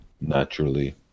naturally